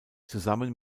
zusammen